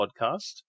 Podcast